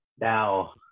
Now